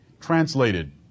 translated